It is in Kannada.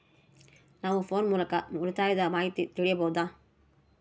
ನಾವು ಫೋನ್ ಮೂಲಕ ಉಳಿತಾಯದ ಮಾಹಿತಿ ತಿಳಿಯಬಹುದಾ?